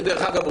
דרך אגב,